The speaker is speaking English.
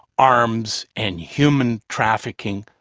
arms and human trafficking,